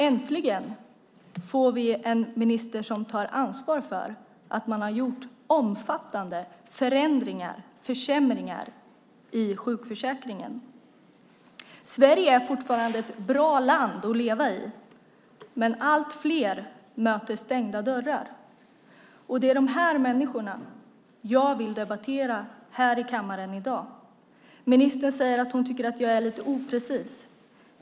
Äntligen får vi en minister som tar ansvar för de omfattande förändringarna och försämringarna man har gjort i sjukförsäkringen. Sverige är fortfarande ett bra land att leva i. Men allt fler möter stängda dörrar, och det är dessa människor som jag vill debattera här i kammaren i dag. Ministern säger att hon tycker att jag är lite oprecis.